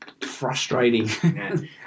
frustrating